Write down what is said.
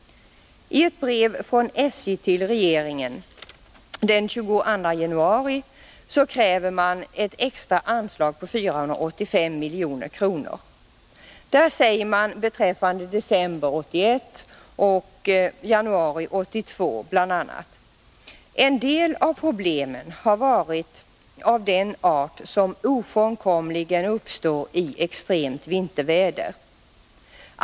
I ett brev från SJ till regeringen den 22 januari kräver man ett extra anslag på 485 milj.kr. Där säger man beträffande december 1981 och januari 1982 bl.a.: ”En del av problemen har varit av den art, som ofrånkomligen uppstår i extremt vinterväder.